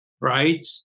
Right